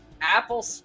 Apple